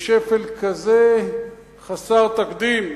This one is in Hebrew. לשפל כזה חסר תקדים,